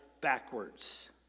backwards